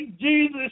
Jesus